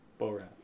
Borat